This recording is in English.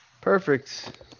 Perfect